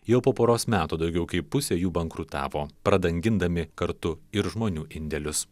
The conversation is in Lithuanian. jau po poros metų daugiau kaip pusė jų bankrutavo pradangindami kartu ir žmonių indėlius